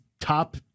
top